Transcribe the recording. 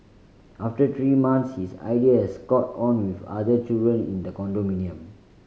after three month his idea has caught on with other children in the condominium